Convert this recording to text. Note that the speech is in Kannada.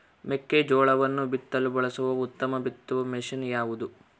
ಮೆಕ್ಕೆಜೋಳವನ್ನು ಬಿತ್ತಲು ಬಳಸುವ ಉತ್ತಮ ಬಿತ್ತುವ ಮಷೇನ್ ಯಾವುದು?